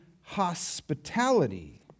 hospitality